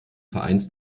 vereins